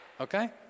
Okay